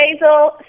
basil